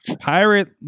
pirate